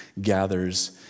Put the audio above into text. gathers